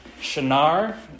Shinar